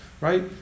right